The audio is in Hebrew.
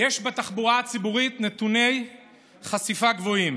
יש בתחבורה הציבורית נתוני חשיפה גבוהים.